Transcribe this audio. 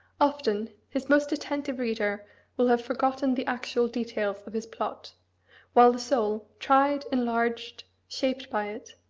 often, his most attentive reader will have forgotten the actual details of his plot while the soul, tried, enlarged, shaped by it,